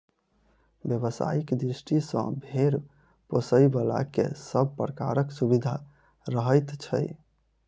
व्यवसायिक दृष्टि सॅ भेंड़ पोसयबला के सभ प्रकारक सुविधा रहैत छै